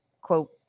quote